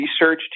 research